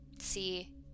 see